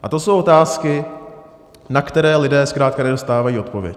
A to jsou otázky, na které lidé zkrátka nedostávají odpověď.